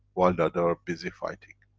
while the other are busy fighting.